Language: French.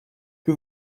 que